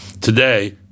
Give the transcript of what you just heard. today